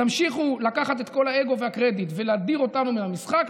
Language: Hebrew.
תמשיכו לקחת את כל האגו והקרדיט ולהדיר אותנו מהמשחק,